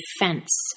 defense